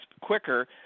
quicker –